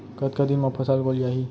कतका दिन म फसल गोलियाही?